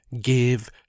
give